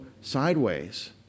sideways